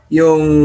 yung